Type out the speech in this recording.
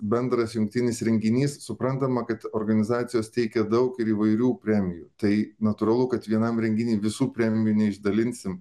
bendras jungtinis renginys suprantama kad organizacijos teikia daug ir įvairių premijų tai natūralu kad vienam renginy visų premijų neišdalinsim